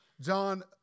John